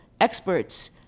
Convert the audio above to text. experts